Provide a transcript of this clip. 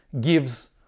gives